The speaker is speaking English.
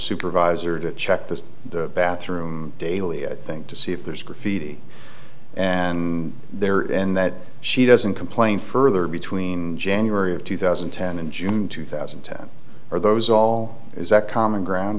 supervisor to check the bathroom daily thing to see if there's graffiti and there in that she doesn't complain further between january of two thousand and ten and june two thousand are those all is that common ground